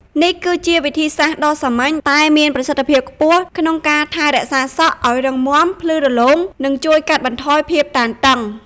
នេះគឺជាវិធីសាស្ត្រដ៏សាមញ្ញតែមានប្រសិទ្ធភាពខ្ពស់ក្នុងការថែរក្សាសក់ឲ្យរឹងមាំ ភ្លឺរលោង និងជួយកាត់បន្ថយភាពតានតឹង។